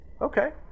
Okay